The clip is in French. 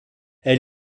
elle